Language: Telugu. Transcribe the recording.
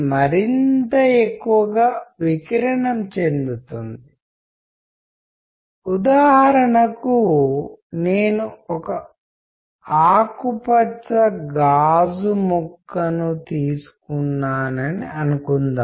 మీరు ఇప్పుడే మీ చుట్టూ చూసుకుంటే బహుశా మీకు సంబంధించిన ప్రతిదీ మీకు కొంత సమాచారాన్ని అందించగలదని మీరు కనుగొంటారు